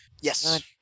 Yes